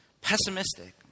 pessimistic